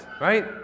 right